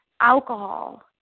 alcohol